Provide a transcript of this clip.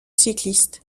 cyclistes